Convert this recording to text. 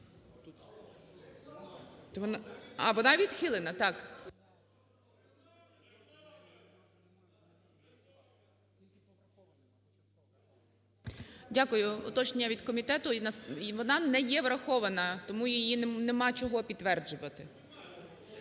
А, вона відхилена, так. Дякую. Уточнення від комітету, вона не є врахована, тому її нема чого підтверджувати.